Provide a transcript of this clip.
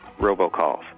robocalls